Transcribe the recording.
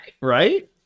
Right